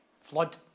Flood